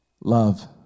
Love